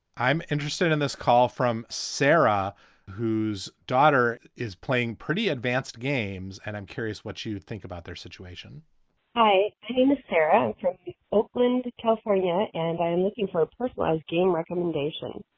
i'm interested in this call from sarah whose daughter is playing pretty advanced games. and i'm curious what you think about their situation hi, tina sarah from oakland, california. ah and i am looking for a personalized game recommendation.